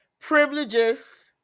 privileges